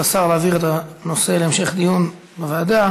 השר להעביר את הנושא להמשך דיון בוועדה.